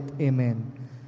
amen